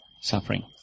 suffering